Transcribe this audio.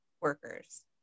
workers